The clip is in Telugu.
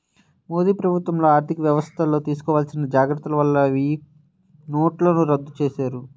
మోదీ ప్రభుత్వంలో ఆర్ధికవ్యవస్థల్లో తీసుకోవాల్సిన జాగర్తల వల్ల వెయ్యినోట్లను రద్దు చేశారు